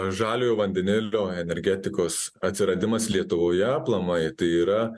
žaliojo vandenilio energetikos atsiradimas lietuvoje aplamai tai yra